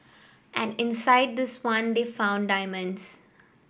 and inside this one they found diamonds